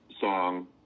song